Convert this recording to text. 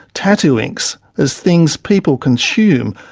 tattoo inks, as things people consume,